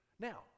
Now